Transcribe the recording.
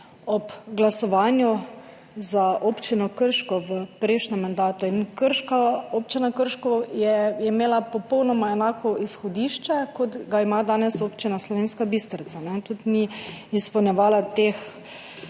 Ob glasovanju za Občino Krško v prejšnjem mandatu, Občina Krško je imela popolnoma enako izhodišče, kot ga ima danes Občina Slovenska Bistrica, tudi ni izpolnjevala teh